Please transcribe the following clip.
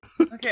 Okay